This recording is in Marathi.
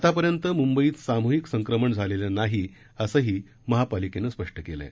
आतापर्यंत मुंबईत साम्हिक संक्रमण झालेलं नाही असंही महापालिकेनं स्पष्ट केलं आहे